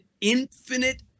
infinite